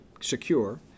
secure